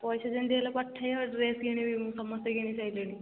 ପଇସା ଯେମିତି ହେଲେ ପଠାଇବ ଡ୍ରେସ୍ କିଣିବି ମୁଁ ସମସ୍ତେ କିଣିସାରିଲେଣି